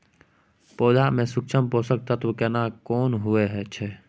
पौधा में सूक्ष्म पोषक तत्व केना कोन होय छै?